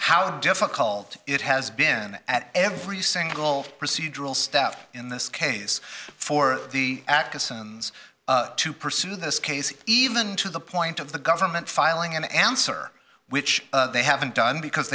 how difficult it has been at every single procedural step in this case for the atkinsons to pursue this case even to the point of the government filing an answer which they haven't done because